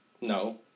No